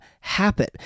happen